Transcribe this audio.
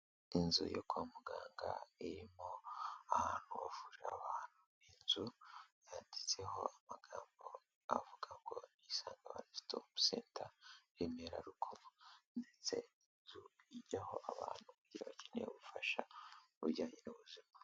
Inzu yo kwa muganga irimo ahantu bavurira abantu, ni inzu yanditseho amagambo avuga ngo: Isange one stop center Remera Rukoma, ndetse inzu ijyaho abantu bakeneye ubufasha bujyanye n'ubuzima.